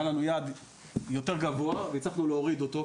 לנו יעד יותר גבוה והצלחנו להוריד אותו,